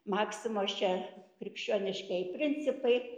maksimos čia krikščioniškieji principai